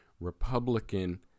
Republican